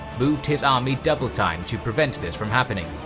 moved his army double-time to prevent this from happening.